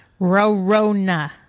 Rorona